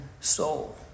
soul